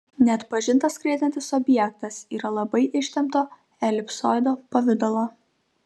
neatpažintas skraidantis objektas yra labai ištempto elipsoido pavidalo